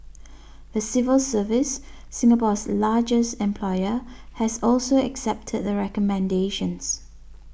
the civil service Singapore's largest employer has also accepted the recommendations